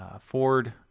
Ford